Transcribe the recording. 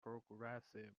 progressive